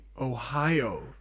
Ohio